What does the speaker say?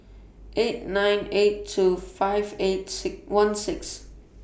eight nine eight two five eight one six